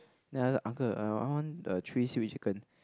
then I just uncle I want the three seaweed chicken